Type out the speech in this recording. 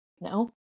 No